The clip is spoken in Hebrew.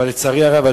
לצערי הרב,